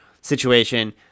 situation